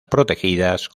protegidas